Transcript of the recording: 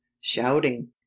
shouting